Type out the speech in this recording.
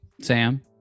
sam